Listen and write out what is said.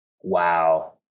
wow